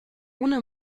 ohne